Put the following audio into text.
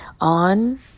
on